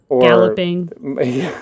galloping